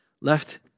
left